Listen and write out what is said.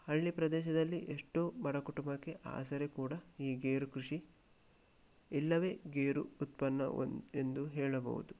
ಹಳ್ಳಿ ಪ್ರದೇಶದಲ್ಲಿ ಎಷ್ಟೋ ಬಡಕುಟುಂಬಕ್ಕೆ ಆಸರೆ ಕೂಡ ಈ ಗೇರು ಕೃಷಿ ಇಲ್ಲವೇ ಗೇರು ಉತ್ಪನ್ನ ಒನ್ ಎಂದು ಹೇಳಬಹುದು